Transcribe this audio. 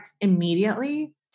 immediately